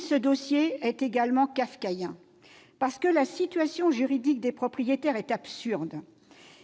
Ce dossier est également kafkaïen, parce que la situation juridique des propriétaires est absurde.